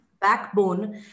backbone